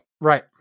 Right